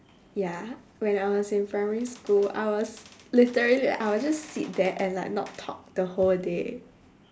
ya when I was in primary school I was literally like I will just sit there and like not talk the whole day